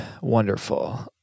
wonderful